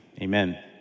Amen